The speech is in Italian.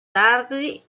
tardi